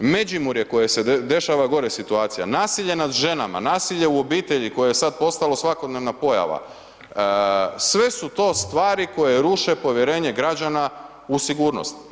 Međimurje koje se dešava gore situacija, nasilje nad ženama, nasilje u obitelji koje je sad postalo svakodnevna pojava, sve su to stvari koje ruše povjerenje građana u sigurnost.